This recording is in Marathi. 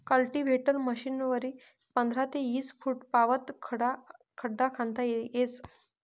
कल्टीवेटर मशीनवरी पंधरा ते ईस फुटपावत खड्डा खणता येस